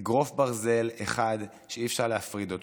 אגרוף ברזל אחד שאי-אפשר להפריד אותו,